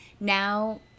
Now